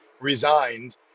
resigned